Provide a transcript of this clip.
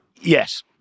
Yes